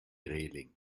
reling